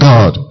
God